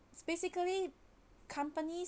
it's basically companies